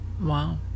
Wow